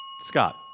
Scott